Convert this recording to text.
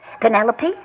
Penelope